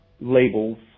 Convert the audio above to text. labels